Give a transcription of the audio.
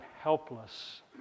helpless